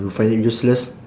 you find it useless